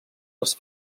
les